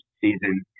season